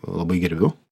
labai gerbiu